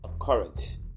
occurrence